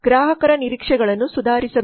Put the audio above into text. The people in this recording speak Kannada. ಗ್ರಾಹಕರ ನಿರೀಕ್ಷೆಗಳನ್ನು ಸುಧಾರಿಸಬೇಕು